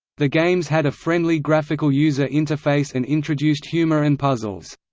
the games had a friendly graphical user interface and introduced humor and puzzles.